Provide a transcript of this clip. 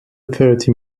thirty